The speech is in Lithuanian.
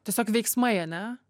tiesiog veiksmai ane